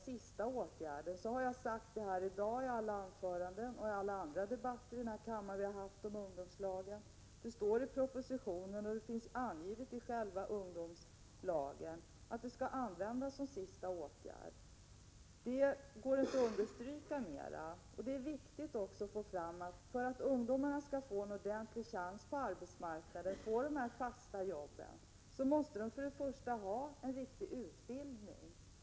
Jag har sagt här i dag och i alla andra debatter i denna kammare som handlat om ungdomslagen att det står i propositionen och i själva lagen om ungdomslagen att de skall användas som sista åtgärd. Det pår inte att understryka detta mera. Det är viktigt att framhålla att ungdomarna, för att de skall få en ordentlig chans på arbetsmarknaden till 139 fasta jobb, måste ha en riktig utbildning.